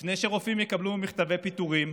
לפני שרופאים יקבלו מכתבי פיטורים.